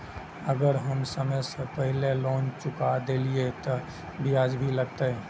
अगर हम समय से पहले लोन चुका देलीय ते ब्याज भी लगते?